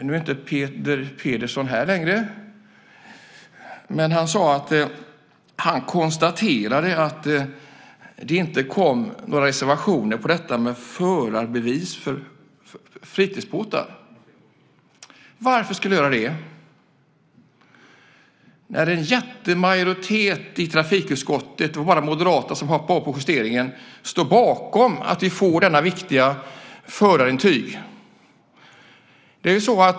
Nu är inte Peter Pedersen här längre, men han konstaterade att det inte fanns några reservationer om förarbevis för fritidsbåtar. Varför skulle det vara så? En jättemajoritet i trafikutskottet - det var bara Moderaterna som hoppade av vid justeringen - står bakom detta viktiga förarintyg.